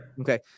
Okay